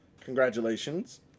congratulations